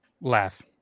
Laugh